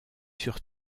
sur